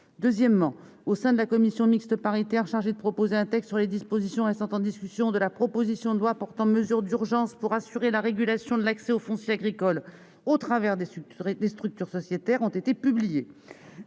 pour 2021 et au sein de la commission mixte paritaire chargée de proposer un texte sur les dispositions restant en discussion de la proposition de loi portant mesures d'urgence pour assurer la régulation de l'accès au foncier agricole au travers de structures sociétaires ont été publiées.